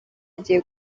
agiye